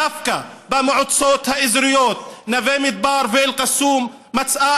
דווקא במועצות האזוריות נווה מדבר ואל-קסום מצאה